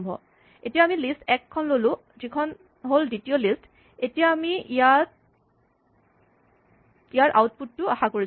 আমি এতিয়া লিষ্ট ১ খন ল'লো যিখন হ'ল দ্বিতীয় লিষ্ট এতিয়া আমি ইয়াৰ আউটপুট টো আশা কৰিছোঁ